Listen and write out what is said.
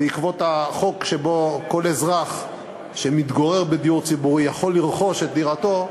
בעקבות החוק שבו כל אזרח שמתגורר בדיור ציבורי יכול לרכוש את דירתו,